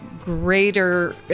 greater